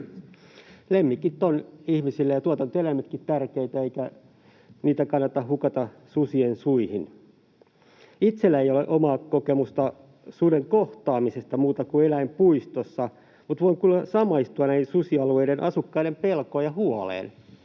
Lemmikit ovat ihmisille, ja tuotantoeläimetkin, tärkeitä, eikä niitä kannata hukata susien suihin. Itselläni ei ole omaa kokemusta suden kohtaamisesta muuta kuin eläinpuistoissa, mutta voin kyllä samaistua näiden susialueiden asukkaiden pelkoon ja huoleen